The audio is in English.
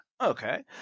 Okay